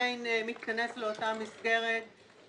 עדיין מתכנס לאותה מסגרת.